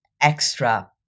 extra